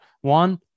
One